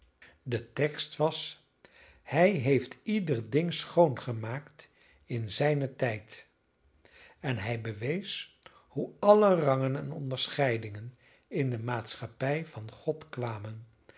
de tekst was hij heeft ieder ding schoon gemaakt in zijnen tijd en hij bewees hoe alle rangen en onderscheidingen in de maatschappij van god kwamen